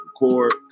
record